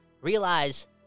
realize